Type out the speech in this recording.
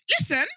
Listen